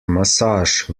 massage